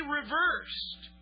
reversed